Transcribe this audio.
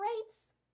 rates